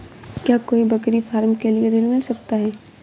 क्या कोई बकरी फार्म के लिए ऋण मिल सकता है?